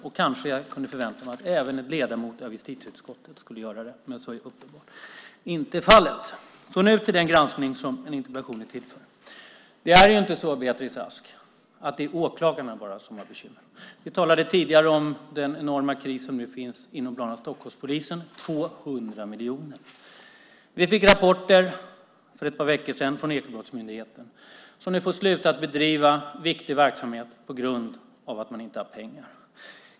Jag kunde kanske förvänta mig att även en ledamot av justitieutskottet skulle göra det, men så är uppenbarligen inte fallet. Nu till den granskning som en interpellation är till för. Det är inte så, Beatrice Ask, att det bara är åklagarna som har bekymmer. Vi talade tidigare om den enorma kris som finns inom bland annat Stockholmspolisen. Det handlar om 200 miljoner. Vi fick rapporter för ett par veckor sedan från Ekobrottsmyndigheten. De får nu sluta bedriva viktig verksamhet på grund av att de inte har pengar.